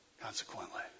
consequently